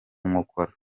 nkokora